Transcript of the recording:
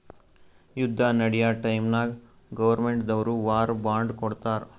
ಯುದ್ದ ನಡ್ಯಾ ಟೈಮ್ನಾಗ್ ಗೌರ್ಮೆಂಟ್ ದವ್ರು ವಾರ್ ಬಾಂಡ್ ಕೊಡ್ತಾರ್